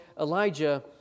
Elijah